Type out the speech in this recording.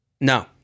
No